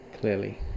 Clearly